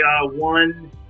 one